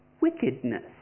wickedness